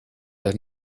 had